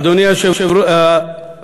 אדוני שר האוצר,